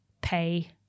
pay